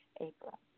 April